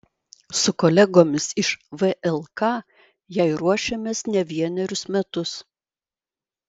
su kolegomis iš vlk jai ruošėmės ne vienerius metus